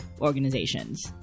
organizations